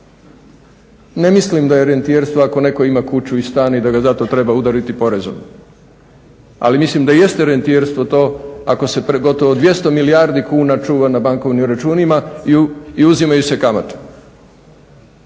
Ne mislim da je rentijerstvo ako netko ima kuću i stan i da ga zato treba udariti porezom, ali mislim da jeste rentijerstvo to ako se gotovo 200 milijardi kuna čuva na bankovnim računima i uzimaju se kamate.